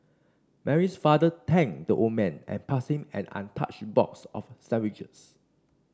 Mary's father thanked the old man and pass him an untouched box of sandwiches